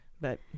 But-